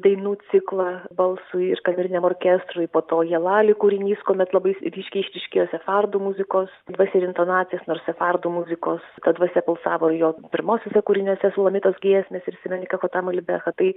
dainų ciklą balsui ir kameriniam orkestrui po to ya lali kūrinys kuomet labai ryškiai išryškėjo sefardų muzikos dvasia ir intonacijos nors sefardų muzikos ta dvasia pulsavo jo pirmuosiuose kūriniuose sulamitos giesmės ir simeni kahotam al libeha tai